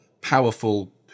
powerful